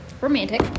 romantic